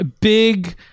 big